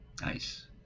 Nice